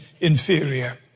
inferior